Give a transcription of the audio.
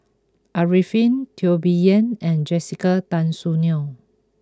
Arifin Teo Bee Yen and Jessica Tan Soon Neo